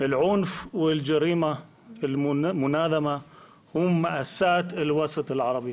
האלימות והפשע המאורגן הם הטרגדיה של המגזר הערבי.